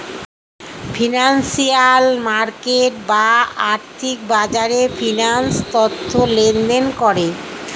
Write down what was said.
financial market বা আর্থিক বাজারে ফিন্যান্স তথ্য লেনদেন করে